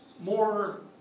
more